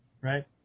right